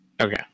Okay